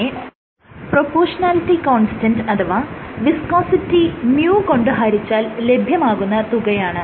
നെ proportionality constant അഥവാ viscosity µ കൊണ്ട് ഹരിച്ചാൽ ലഭ്യമാകുന്ന തുകയാണ്